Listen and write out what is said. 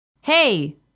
Hey